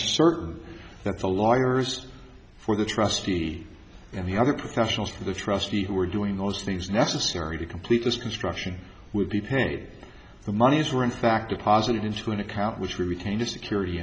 certain that the lawyers for the trustee and the other professionals for the trustee who were doing those things necessary to complete this construction would be paid the monies were in fact a positive into an account which we retained a security